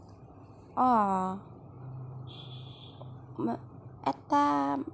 এটা